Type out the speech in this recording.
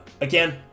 again